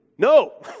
No